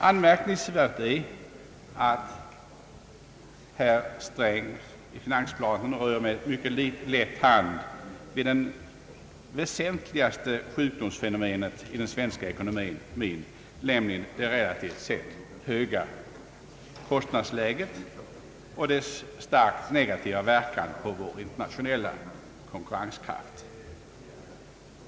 Anmärkningsvärt är att herr Sträng i finansplanen rör med mycket lätt hand vid det väsentliga sjukdomsfenomenet i den svenska ekonomin nämligen det relativt sett höga kostnadsläget och dess starkt negativa verkan på vår internationella konkurrenskraft.